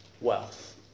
wealth